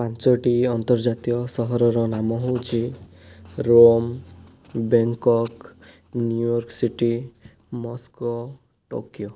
ପାଞ୍ଚୋଟି ଅନ୍ତର୍ଜାତୀୟ ସହରର ନାମ ହେଉଛି Rome Bangkok New York city Moscow Tokyo